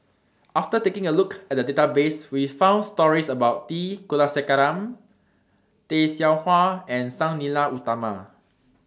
after taking A Look At The Database We found stories about T Kulasekaram Tay Seow Huah and Sang Nila Utama